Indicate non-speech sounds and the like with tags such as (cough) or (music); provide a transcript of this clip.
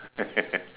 (laughs)